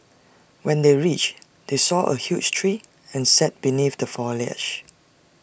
when they reached they saw A huge tree and sat beneath the foliage